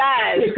Guys